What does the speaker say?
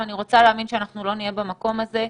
אני רוצה להאמין שלא נגיע למקום הזה.